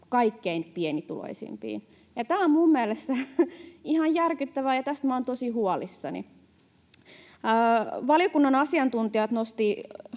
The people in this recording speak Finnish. kaikkein pienituloisimpiin. Tämä on minun mielestäni ihan järkyttävää, ja tästä minä olen tosi huolissani. Valiokunnan asiantuntijat nostivat